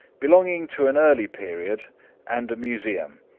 belonging to an early period and a museum.